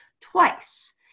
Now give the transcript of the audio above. twice